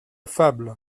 fable